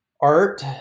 art